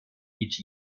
each